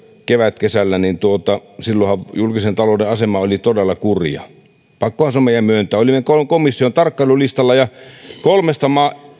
kevätkesällä kaksituhattaviisitoista silloinhan julkisen talouden asema oli todella kurja pakkohan se on meidän myöntää olimme komission tarkkailulistalla ja kolmesta